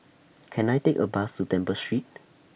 Can I Take A Bus to Temple Street